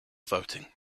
voting